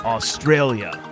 Australia